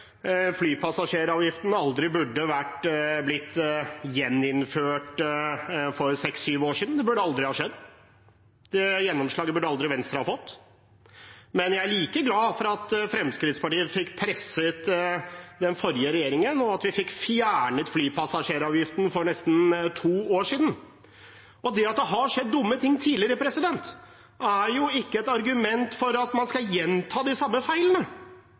flypassasjeravgiften aldri burde blitt gjeninnført for seks–syv år siden. Det burde aldri ha skjedd. Det gjennomslaget burde Venstre aldri ha fått. Men jeg er like glad for at Fremskrittspartiet fikk presset den forrige regjeringen, og at vi fikk fjernet flypassasjeravgiften for nesten to år siden. Det at det har skjedd dumme ting tidligere, er ikke et argument for at man skal gjenta de samme feilene.